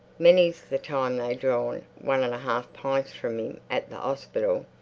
many's the time they drawn one and a half pints from im at the ospital.